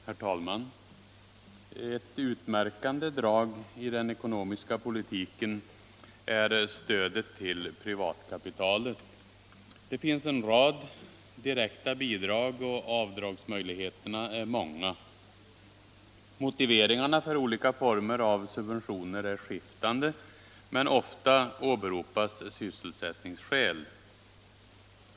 Herr talman! Ett utmärkande drag i den ekonomiska politiken är stödet till privatkapitalet. Det finns en rad direkta bidrag, och avdragsmöjligheterna är många. Motiveringarna för olika former av subventioner är skiftande, men ofta åberopas sysselsättningsskäl.